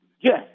Yes